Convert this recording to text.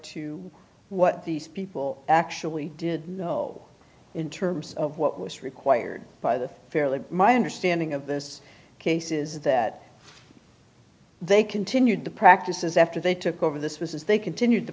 to what these people actually did in terms of what was required by the fairly my understanding of this case is that they continued the practices after they took over this was they continued the